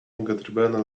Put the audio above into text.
angetriebene